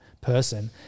person